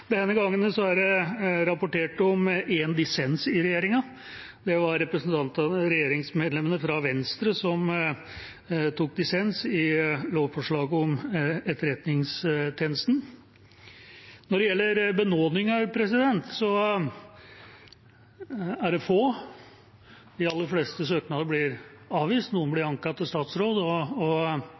Denne gangen er det rapportert om en dissens i regjeringa. Det var regjeringsmedlemmene fra Venstre som tok dissens i lovforslaget om Etterretningstjenesten. Når det gjelder benådninger, er det få. De aller fleste søknader blir avvist, noen blir anket til statsråd, og